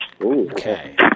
Okay